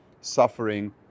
suffering